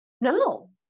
no